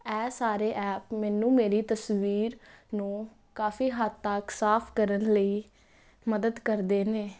ਇਹ ਸਾਰੇ ਐਪ ਮੈਨੂੰ ਮੇਰੀ ਤਸਵੀਰ ਨੂੰ ਕਾਫ਼ੀ ਹੱਦ ਤੱਕ ਸਾਫ਼ ਕਰਨ ਲਈ ਮਦਦ ਕਰਦੇ ਨੇ